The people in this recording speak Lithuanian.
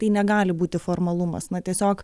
tai negali būti formalumas na tiesiog